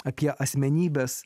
apie asmenybes